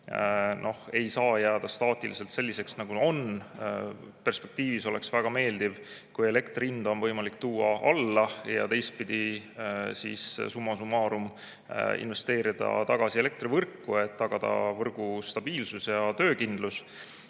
ei saa jääda staatiliselt selliseks, nagu nad on. Perspektiivis oleks väga meeldiv, kui elektri hinda oleks võimalik tuua alla ja teistpidi, summa summarum, saaks investeerida tagasi elektrivõrku, et tagada võrgu stabiilsus ja töökindlus. Aga